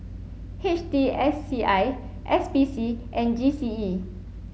H T S C I S P C and G C E